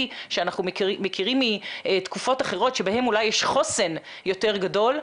שאנחנו מכירים מתקופות אחרות שבהן אולי יש חוסן יותר גודל,